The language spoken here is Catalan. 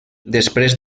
després